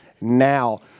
now